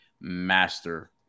Master